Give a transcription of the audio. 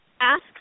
ask